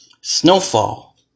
Snowfall